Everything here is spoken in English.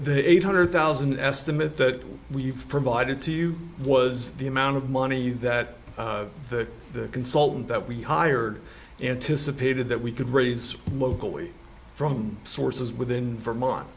the eight hundred thousand estimate that we've provided to you was the amount of money that the consultant that we hired anticipated that we could raise locally from sources within four mont